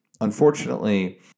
unfortunately